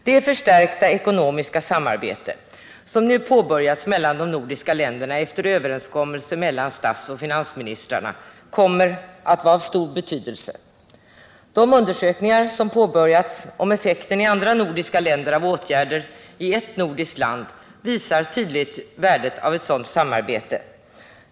Det förstärkta ekonomiska samarbete som nu påbörjats mellan de nordiska länderna efter överenskommelse mellan statsoch finansministrarna kommer att få stor betydelse. De undersökningar som påbörjats om effekten i andra nordiska länder av åtgärder i ett nordiskt land visar tydligt värdet av ett sådant samarbete.